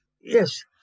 Yes